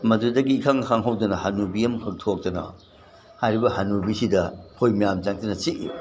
ꯃꯗꯨꯗꯒꯤ ꯏꯈꯪ ꯈꯪꯍꯧꯗꯅ ꯍꯅꯨꯕꯤ ꯑꯃꯈꯛ ꯊꯣꯛꯂꯛꯇꯅ ꯍꯥꯏꯔꯤꯕ ꯍꯅꯨꯕꯤꯁꯤꯗ ꯈꯣꯏ ꯃꯌꯥꯝ ꯆꯪꯗꯅ ꯆꯤꯛꯏ